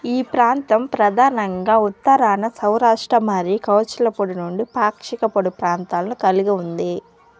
ఈ ప్రాంతం ప్రధానంగా ఉత్తరాన సౌరాష్ట్ర మరియు కచ్ల పొడి నుండి పాక్షిక పొడి ప్రాంతాలను కలిగి ఉంది